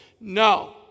No